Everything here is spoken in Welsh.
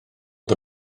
the